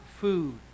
food